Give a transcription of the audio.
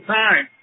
time